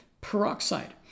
peroxide